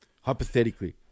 hypothetically